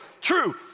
True